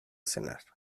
cenar